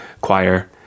choir